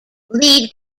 lead